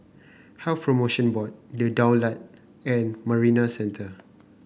Health Promotion Board The Daulat and Marina Centre